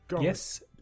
Yes